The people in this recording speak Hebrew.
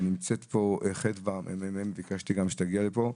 ונמצאת פה חדווה מהממ"מ שגם ביקשתי שתגיע לפה,